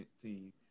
team